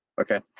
Okay